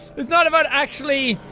it's not about actually